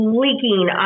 leaking